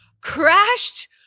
crashed